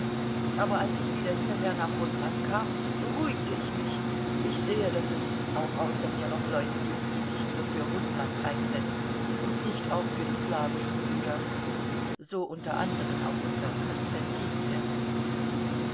aber als ich wieder hierher nach rußland kam beruhigte ich mich ich sehe daß es auch außer mir noch leute gibt die sich nur für rußland einsetzen und nicht auch für die slawischen brüder so unter anderen auch unser konstantin hier